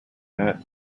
that